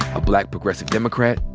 a black progressive democrat,